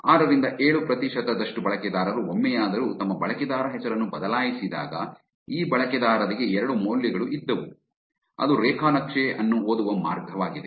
ಆರರಿಂದ ಏಳು ಪ್ರತಿಶತದಷ್ಟು ಬಳಕೆದಾರರು ಒಮ್ಮೆಯಾದರೂ ತಮ್ಮ ಬಳಕೆದಾರ ಹೆಸರನ್ನು ಬದಲಾಯಿಸಿದಾಗ ಈ ಬಳಕೆದಾರರಿಗೆ ಎರಡು ಮೌಲ್ಯಗಳು ಇದ್ದವು ಅದು ರೇಖಾ ನಕ್ಷೆ ಅನ್ನು ಓದುವ ಮಾರ್ಗವಾಗಿದೆ